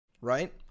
right